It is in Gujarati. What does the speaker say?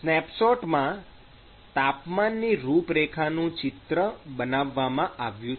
સ્નેપશોટમાં તાપમાનની રૂપરેખા નું ચિત્ર બનાવવામાં આવ્યું છે